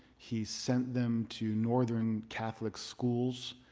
he sent them to northern catholic schools.